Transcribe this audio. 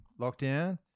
lockdown